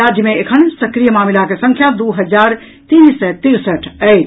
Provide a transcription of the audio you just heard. राज्य मे एखन सक्रिय मामिलाक संख्या दू हजार तीन सय तिरसठि अछि